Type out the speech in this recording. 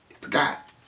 forgot